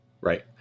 Right